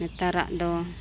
ᱱᱮᱛᱟᱨᱟᱜ ᱫᱚ